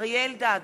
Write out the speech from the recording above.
אריה אלדד,